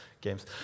games